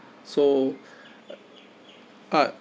so uh